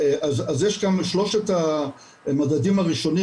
יש כאן שלושת מדדים הראשונים,